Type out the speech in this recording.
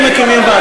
מקימים,